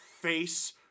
face